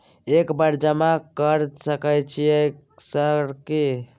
एक बार जमा कर सके सक सर?